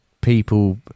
People